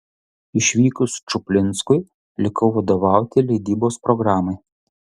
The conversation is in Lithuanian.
išvykus čuplinskui likau vadovauti leidybos programai